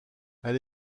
elle